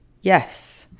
Yes